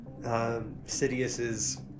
Sidious's